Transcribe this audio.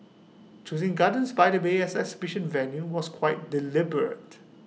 choosing gardens by the bay as exhibition venue was quite deliberate